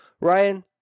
Ryan